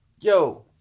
Yo